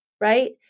right